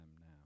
now